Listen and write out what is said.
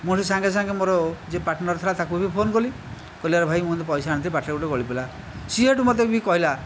ମୁଁ ସେଠୁ ସାଙ୍ଗେ ସାଙ୍ଗେ ମୋର ଯିଏ ପାର୍ଟନର ଥିଲା ତାକୁ ବି ଫୋନ୍ କଲି କହିଲି ଆରେ ଭାଇ ମୁଁ ଏମିତି ପଇସା ଆଣିଥିଲି ବାଟରେ କେଉଁଠି ଗଳିପଡ଼ିଲା ସେ ସେଠୁ ମୋତେ ବି କହିଲା